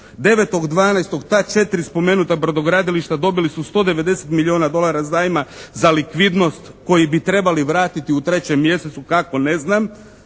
9.12. ta 4 spomenuta brodogradilišta dobili su 190 milijuna dolara zajma za likvidnost koji bi trebali vratiti u 3. mjescu. Kako? Ne znam.